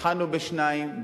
התחלנו בשניים,